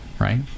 right